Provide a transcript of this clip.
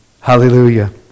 Hallelujah